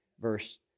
verse